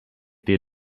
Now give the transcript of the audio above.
their